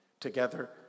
together